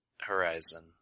Horizon